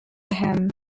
him